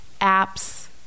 apps